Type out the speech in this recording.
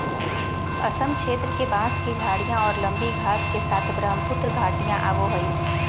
असम क्षेत्र के, बांस की झाडियाँ और लंबी घास के साथ ब्रहमपुत्र घाटियाँ आवो हइ